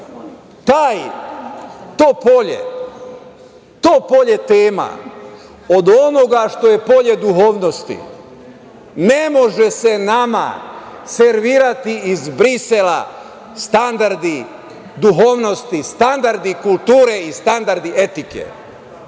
razdvojiti to polje tema od onoga što je polje duhovnosti. Ne može se nama servirati iz Brisela standardi duhovnosti, standardi kulture i standardi etike.